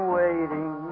waiting